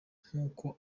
nkuko